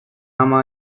ama